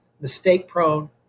mistake-prone